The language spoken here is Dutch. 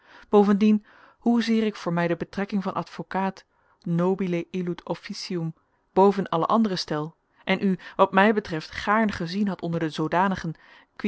bovendien hoezeer ik voor mij de betrekking van advocaat nobile illud officium boven alle andere stel en u wat mij betreft gaarne gezien had onder de zoodanigen qui